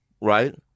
right